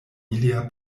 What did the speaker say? ilia